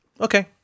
okay